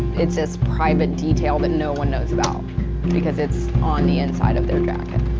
it's this private detail that no one knows about because it's on the inside of their jacket.